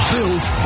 Built